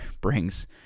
brings